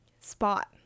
spot